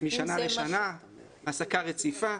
משנה לשנה, העסקה רציפה,